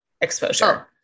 exposure